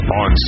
on